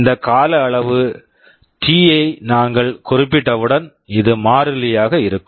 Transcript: இந்த கால அளவு டி T ஐ நாங்கள் குறிப்பிட்டவுடன் இது மாறிலியாக இருக்கும்